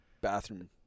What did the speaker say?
bathroom